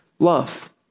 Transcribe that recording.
Love